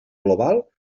global